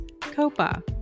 COPA